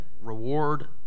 reward